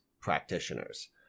practitioners